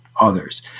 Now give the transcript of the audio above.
others